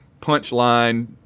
punchline